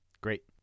Great